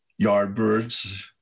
Yardbirds